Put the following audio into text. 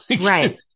Right